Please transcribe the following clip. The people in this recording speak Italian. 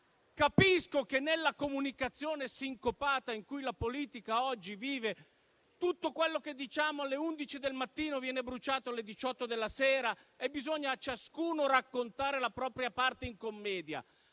Capisco che, nella comunicazione sincopata in cui la politica oggi vive, tutto quello che diciamo alle ore 11 del mattino venga bruciato alle ore 18 della sera e ciascuno debba raccontare la propria parte in commedia.